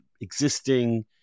existing